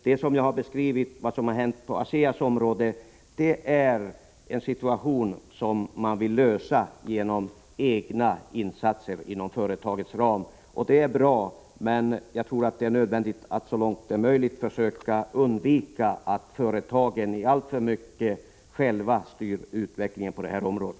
Det som hänt när det gäller ASEA beror på att det uppstått en situation som man vill lösa genom egna insatser inom företagets ram. Det är bra, men jag tror att det är nödvändigt att man så långt det är möjligt försöker undvika att företagen alltför mycket själva styr utvecklingen på detta område.